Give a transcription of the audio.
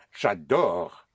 j'adore